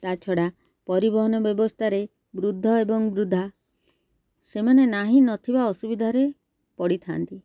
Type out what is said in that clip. ତା ଛଡ଼ା ପରିବହନ ବ୍ୟବସ୍ଥାରେ ବୃଦ୍ଧ ଏବଂ ବୃଦ୍ଧା ସେମାନେ ନାହିଁ ନଥିବା ଅସୁବିଧାରେ ପଡ଼ିଥାନ୍ତି